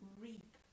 reap